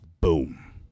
Boom